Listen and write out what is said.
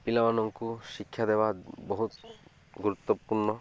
ପିଲାମାନଙ୍କୁ ଶିକ୍ଷା ଦେବା ବହୁତ ଗୁରୁତ୍ୱପୂର୍ଣ୍ଣ